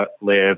live